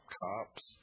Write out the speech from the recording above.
cops